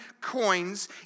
coins